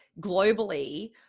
globally